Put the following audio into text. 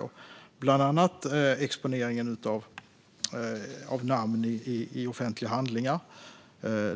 Det gäller bland annat exponeringen av namn i offentliga handlingar.